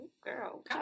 girl